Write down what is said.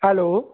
hello